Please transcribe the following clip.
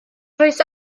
troes